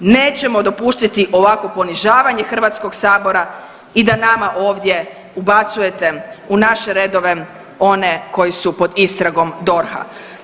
Nećemo dopustiti ovakvo ponižavanje Hrvatskog sabora i da nama ovdje ubacujete u naše redove one koji su pod istragom DORH-a.